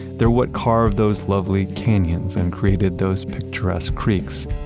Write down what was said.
they're what carved those lovely canyons and created those picturesque creeks.